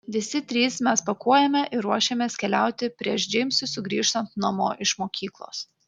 visi trys mes pakuojame ir ruošiamės keliauti prieš džeimsui sugrįžtant namo iš mokyklos